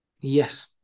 Yes